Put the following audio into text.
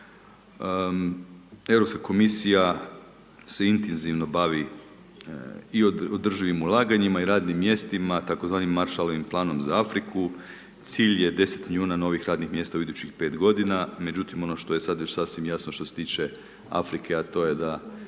Europska komisija se intenzivno bavi i održivim ulaganjima i radnim mjestima tako zvanim Maršalovim planom za Afriku. Cilj je deset milijuna novih radnih mjesta u idućih pet godina, međutim ono što je sad već sasvim jasno što se tiče Afrike, a to je da,